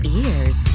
ears